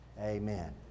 Amen